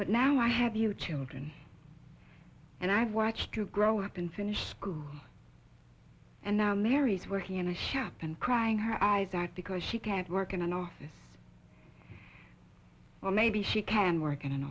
but now i have your children and i've watched you grow up and finish school and now married working on a shampoo and crying her eyes that because she can't work in an office well maybe she can work in an